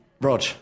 Rog